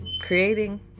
creating